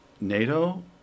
NATO